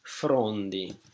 Frondi